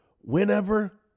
whenever